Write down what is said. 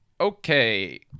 Okay